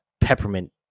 peppermint